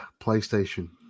PlayStation